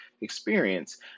experience